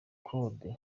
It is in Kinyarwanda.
kode